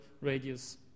radius